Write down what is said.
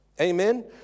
Amen